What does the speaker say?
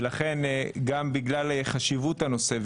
ולכן גם בגלל חשיבות הנושא,